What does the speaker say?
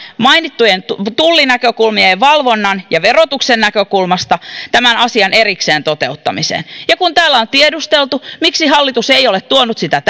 mainittujen tullin valvonnan ja verotuksen näkökulmasta tämä työryhmä asetetaan erikseen tämän asian toteuttamiseen ja kun täällä on tiedusteltu miksi hallitus ei ole tuonut sitä